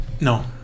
No